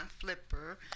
Flipper